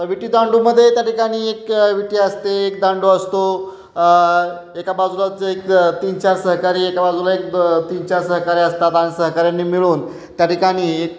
विटीदांडूमध्ये त्या ठिकाणी एक विटी असते एक दांडू असतो एका बाजूलाच एक तीन चार सहकारी एका बाजूला एक तीन चार सहकारी असतात आणि सहकाऱ्यांनी मिळून त्या ठिकाणी एक